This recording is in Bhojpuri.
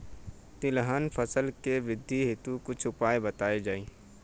तिलहन फसल के वृद्धी हेतु कुछ उपाय बताई जाई?